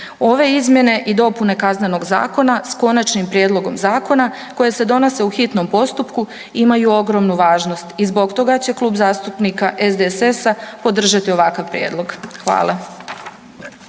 Ove izmjene i dopune KZ-a s konačnim prijedlogom zakona koje se donose u hitnom postupku imaju ogromnu važnost i zbog toga će Klub zastupnika SDSS-a podržati ovakav prijedlog. Hvala.